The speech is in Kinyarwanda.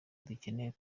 dukeneye